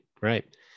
right